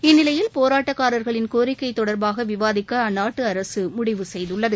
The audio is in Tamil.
இந்நிலையில் போராட்டக்காரர்களின் கோரிக்கை தொடர்பாக விவாதிக்க அந்நாட்டு அரசு முடிவு செய்துள்ளது